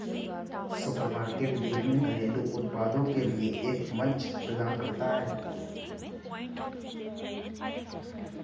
supermarket विभिन्न घरेलू उत्पादों के लिए एक मंच प्रदान करता है